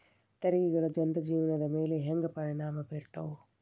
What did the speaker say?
ತೆರಿಗೆಗಳ ಜನರ ಜೇವನದ ಮ್ಯಾಲೆ ಹೆಂಗ ಪರಿಣಾಮ ಬೇರ್ತವ